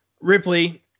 Ripley